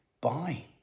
bye